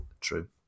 true